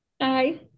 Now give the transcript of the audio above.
hi